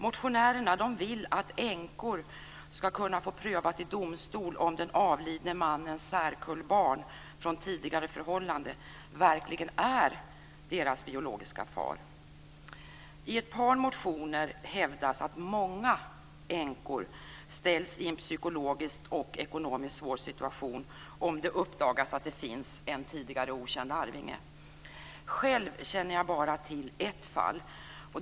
Motionärerna vill att änkor ska kunna få prövat i domstol om den avlidne mannens särkullbarn från tidigare förhållande verkligen är hans biologiska barn. I ett par motioner hävdas att många änkor ställs i en psykologiskt och ekonomiskt svår situation om det uppdagas att det finns en tidigare okänd arvinge. Själv känner jag bara till ett fall.